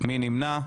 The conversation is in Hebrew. מי נמנע?